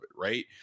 right